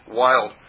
wild